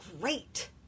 great